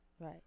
right